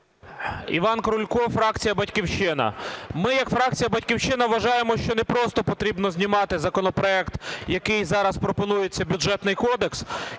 Іван Крулько, фракція "Батьківщина". Ми як фракція "Батьківщина" вважаємо, що не просто потрібно знімати законопроект, який зараз пропонується - Бюджетний кодекс.